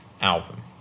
album